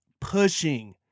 pushing